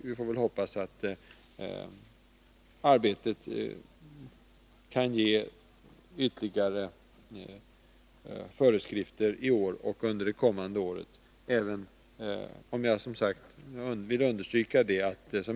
Vi får hoppas att arbetet kan ge ytterligare föreskrifter i år och under det kommande året.